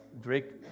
Drake